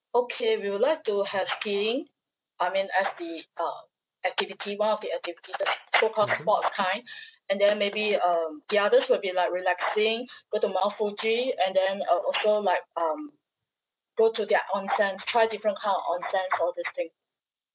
okay we would like to have skiing I mean as the uh activity one of the activity uh so called sports kind and then maybe um the others would be like relaxing go to mount fuji and then uh also like um go to their onsens try different kind of onsens all these thing